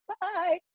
bye